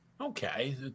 Okay